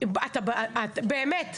באמת.